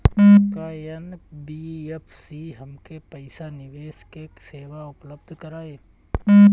का एन.बी.एफ.सी हमके पईसा निवेश के सेवा उपलब्ध कराई?